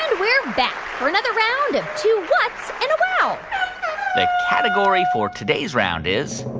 we're back for another round of two whats? and a wow! the category for today's round is.